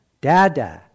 Dada